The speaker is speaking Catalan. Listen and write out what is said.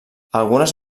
algunes